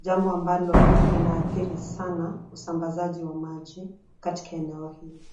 jambo ambalo linaathiri sana usambazaji wa maji katika eneo hili.